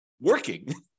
working